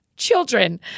children